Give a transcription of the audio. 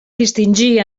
distingir